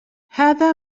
هذا